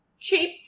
cheap